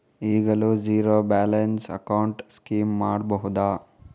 ಈಗಲೂ zero balance account scheme ಮಾಡಬಹುದಾ?